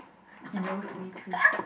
he knows me too